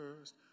first